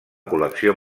col·lecció